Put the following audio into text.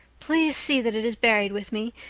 please see that it is buried with me,